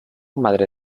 madre